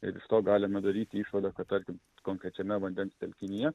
ir iš to galime daryti išvadą kad tarkim konkrečiame vandens telkinyje